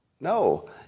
No